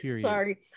Sorry